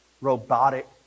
robotic